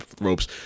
ropes